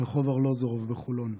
ברחוב ארלוזורוב בחולון.